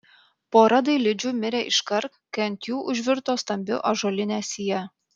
pora dailidžių mirė iškart kai ant jų užvirto stambi ąžuolinė sija